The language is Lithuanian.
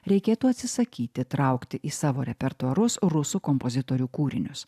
reikėtų atsisakyti traukti į savo repertuarus rusų kompozitorių kūrinius